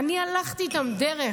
אני הלכתי איתם דרך